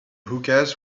hookahs